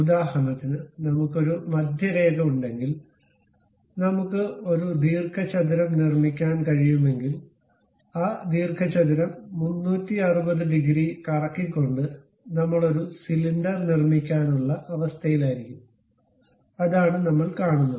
ഉദാഹരണത്തിന് നമ്മുക്ക് ഒരു മധ്യരേഖ ഉണ്ടെങ്കിൽ നമുക്ക് ഒരു ദീർഘചതുരം നിർമ്മിക്കാൻ കഴിയുമെങ്കിൽ ആ ദീർഘചതുരം 360 ഡിഗ്രി കറക്കിക്കൊണ്ട് നമ്മൾ ഒരു സിലിണ്ടർ നിർമ്മിക്കാനുള്ള അവസ്ഥയിലായിരിക്കും അതാണ് നമ്മൾ കാണുന്നത്